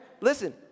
Listen